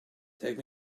take